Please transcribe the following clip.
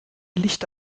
licht